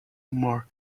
more